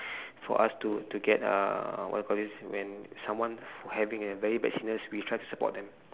for us to to get uh what you call this when someone having a very bad sickness we try to support them